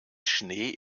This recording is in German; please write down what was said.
schnee